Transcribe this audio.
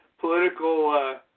political